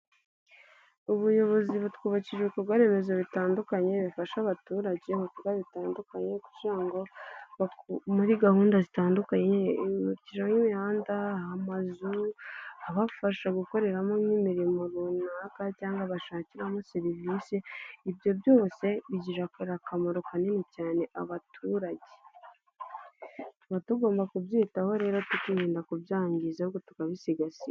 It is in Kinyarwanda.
Ubuyobozi butwubakira ibikorwaremezo bitandukanye, bifasha abaturage mu bikorwa bitandukanye, muri gahunda zitandukanye, ibubakira n'imihanda, amazu abafasha gukoreramo nk'imirimo runaka, cyangwa bashakiramo serivisi, ibyo byose bigira akamaro kanini abaturage. Tukaba tugomba kubyitaho rero tukirinda kubyangiza ahubwo tukabisigasira.